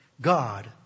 God